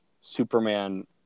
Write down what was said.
Superman